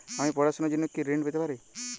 আমি পড়াশুনার জন্য কি ঋন পেতে পারি?